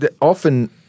often